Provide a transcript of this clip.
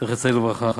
זכר צדיק לברכה,